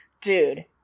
dude